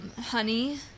Honey